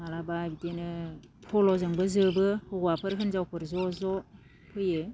माब्लाबा बिदिनो फल'जोंबो जोबो हौवाफोर हिन्जावफोर ज' ज' फैयो